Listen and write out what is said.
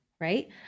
right